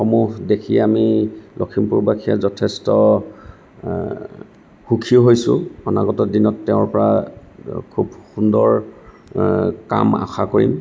সমূহ দেখি আমি লখিমপুৰবাসীয়ে যথেষ্ট সুখী হৈছোঁ অনাগত দিনত তেওঁৰ পৰা খুব সুন্দৰ কাম আশা কৰিম